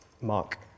Mark